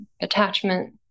attachment